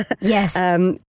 Yes